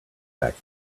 back